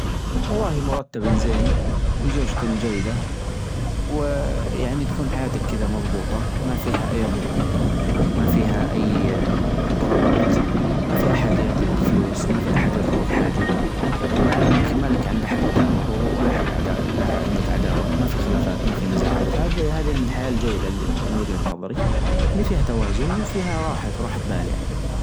أشوف الحفاظ على البيئة أفظل من النمو الإقتصادي لأنه الحفاظ على البيئة آآ يعني يخفف لك الأعباء الإقتصادية، أما إذا أنت حققت نمو إقتصادي وما عندك حفاظ چيد للبيئة بيحصل عند تصحر بيحصل عندك معدلات وفيات أكبر بيحصل عندك معدلات إنقراض للحيوانات البيئية اللي عندك، وبالتالي تضطر أنك تدفع معدلات النمو على معادلة الأچواء.